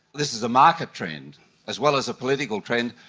this is a market trend as well as a political trend,